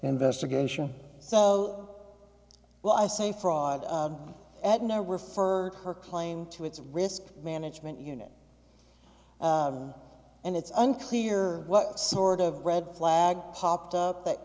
investigation so well i say fraud at no referred her claim to its risk management unit and it's unclear what sort of red flag popped up that